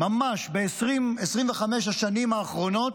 ממש ב-20 25 השנים האחרונות,